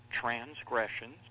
transgressions